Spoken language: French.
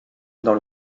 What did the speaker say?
dans